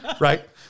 Right